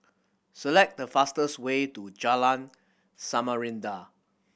select the fastest way to Jalan Samarinda